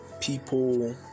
people